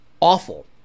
awful